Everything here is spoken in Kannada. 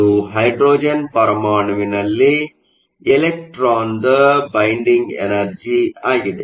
ಇದು ಹೈಡ್ರೋಜನ್ ಪರಮಾಣುವಿನಲ್ಲಿ ಎಲೆಕ್ಟ್ರಾನ್ನ ಬೈಂಡಿಂಗ್ ಎನರ್ಜಿ ಆಗಿದೆ